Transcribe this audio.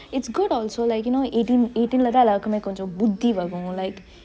it's good also like you know eighteen eighteen Latha எல்லாருக்குமே கொஞ்சொ புத்தி வரு:lethaa ellarukume konjo buthi varu like